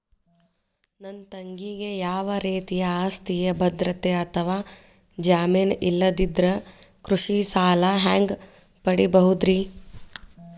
ನನ್ನ ತಂಗಿಗೆ ಯಾವ ರೇತಿಯ ಆಸ್ತಿಯ ಭದ್ರತೆ ಅಥವಾ ಜಾಮೇನ್ ಇಲ್ಲದಿದ್ದರ ಕೃಷಿ ಸಾಲಾ ಹ್ಯಾಂಗ್ ಪಡಿಬಹುದ್ರಿ?